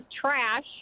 trash